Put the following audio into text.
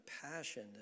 passion